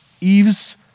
Eve's